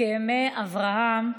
הסכמי אברהם,